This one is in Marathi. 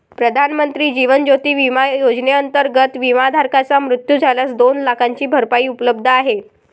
प्रधानमंत्री जीवन ज्योती विमा योजनेअंतर्गत, विमाधारकाचा मृत्यू झाल्यास दोन लाखांची भरपाई उपलब्ध आहे